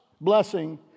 blessing